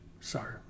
sorry